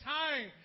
time